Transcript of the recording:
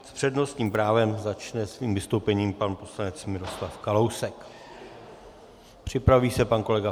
S přednostním právem začne svým vystoupením pan poslanec Miroslav Kalousek, připraví se pan kolega Ferjenčík.